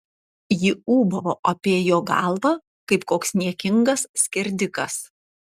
ji ūbavo apie jo galvą kaip koks niekingas skerdikas